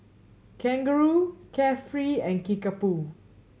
Kangaroo Carefree and Kickapoo